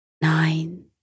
Nine